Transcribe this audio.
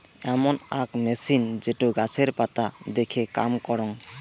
এমন আক মেছিন যেটো গাছের পাতা দেখে কাম করং